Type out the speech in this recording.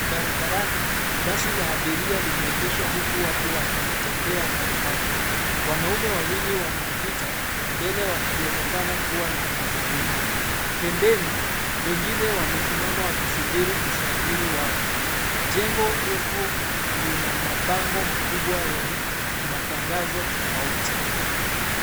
Barabarani, basi la abiria limeegeshwa huku watu wakitembea kandokando. Wanaume wawili wanapita mbele, wakionekana kuwa na mazungumzo. Pembeni, wengine wamesimama wakisubiri usafiri wao. Jengo refu lina mabango makubwa yenye matangazo tofauti.